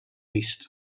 vist